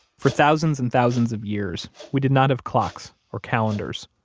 for thousands and thousands of years, we did not have clocks, or calendars,